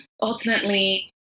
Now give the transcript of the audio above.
ultimately